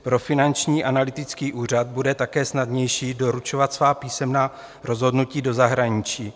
Pro Finanční analytický úřad bude také snadnější doručovat svá písemná rozhodnutí do zahraničí.